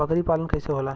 बकरी पालन कैसे होला?